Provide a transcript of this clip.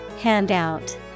Handout